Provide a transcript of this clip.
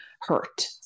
hurt